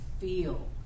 feel